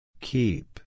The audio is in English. Keep